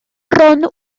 bron